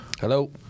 Hello